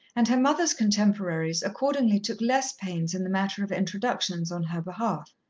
and her mother's contemporaries accordingly took less pains in the matter of introductions on her behalf.